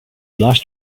lost